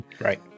Right